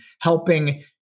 helping